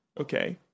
Okay